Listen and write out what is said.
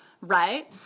right